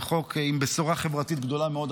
זה חוק עם בשורה חברתית גדולה מאוד,